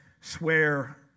swear